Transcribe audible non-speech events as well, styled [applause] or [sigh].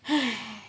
[noise]